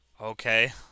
Okay